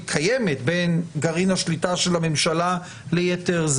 קיימת בין גרעין השליטה של הממשלה ליתר,